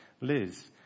Liz